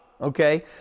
okay